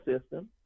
system